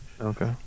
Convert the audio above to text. Okay